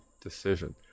decision